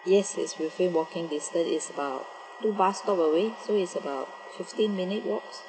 yes it's within walking distance it's about two bus stop away so it's about fifteen minutes walks